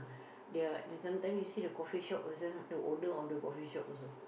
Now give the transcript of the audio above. they are they're sometimes you see the coffee shop person the owner of the coffee shop also